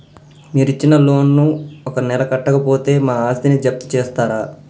మీరు ఇచ్చిన లోన్ ను ఒక నెల కట్టకపోతే మా ఆస్తిని జప్తు చేస్తరా?